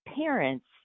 parents